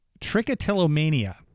Trichotillomania